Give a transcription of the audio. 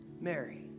Mary